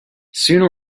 sooner